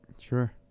sure